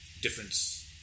difference